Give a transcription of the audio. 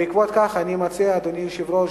בעקבות כך אני מציע, אדוני היושב-ראש,